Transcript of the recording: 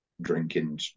Drinking